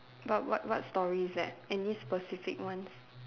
but what what story is that any specific ones